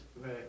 Right